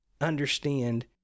understand